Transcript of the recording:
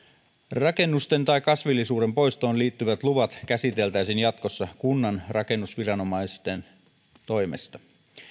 rakennusten ja kasvillisuuden poistoon liittyvät luvat käsiteltäisiin jatkossa kunnan rakennusviranomaisten toimesta